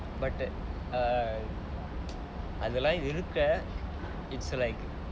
but the err அதுலாம் இருக்க:athulaam iruka it's like